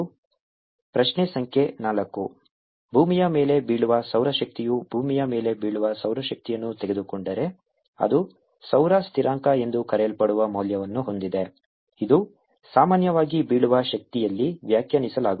ಪ್ರಶ್ನೆ ಸಂಖ್ಯೆ 4 ಭೂಮಿಯ ಮೇಲೆ ಬೀಳುವ ಸೌರಶಕ್ತಿಯು ಭೂಮಿಯ ಮೇಲೆ ಬೀಳುವ ಸೌರಶಕ್ತಿಯನ್ನು ತೆಗೆದುಕೊಂಡರೆ ಅದು ಸೌರ ಸ್ಥಿರಾಂಕ ಎಂದು ಕರೆಯಲ್ಪಡುವ ಮೌಲ್ಯವನ್ನು ಹೊಂದಿದೆ ಇದನ್ನು ಸಾಮಾನ್ಯವಾಗಿ ಬೀಳುವ ಶಕ್ತಿಯಲ್ಲಿ ವ್ಯಾಖ್ಯಾನಿಸಲಾಗುತ್ತದೆ